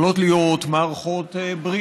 הן יכולות להיות מערכות בריאות,